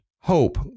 Hope